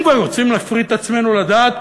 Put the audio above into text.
אם כבר רוצים להפריט את עצמנו לדעת,